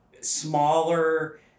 smaller